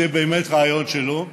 זה באמת רעיון שלו.